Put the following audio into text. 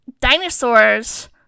dinosaurs